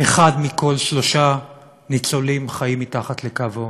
אחד מכל שלושה ניצולים חי מתחת לקו העוני,